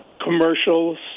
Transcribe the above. commercials